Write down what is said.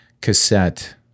cassette